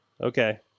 Okay